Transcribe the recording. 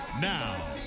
Now